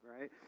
right